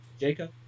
Jacob